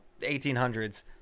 1800s